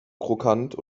krokant